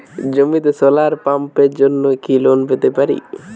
জমিতে সোলার পাম্পের জন্য কি লোন পেতে পারি?